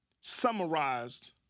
summarized